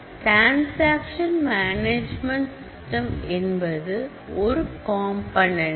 transaction management system என்பது ஒரு component